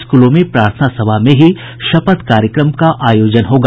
स्कूलों में प्रार्थना सभा में ही शपथ कार्यक्रम का आयोजन होगा